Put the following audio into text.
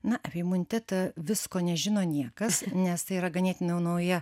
na apie imunitetą visko nežino niekas nes tai yra ganėtinai nauja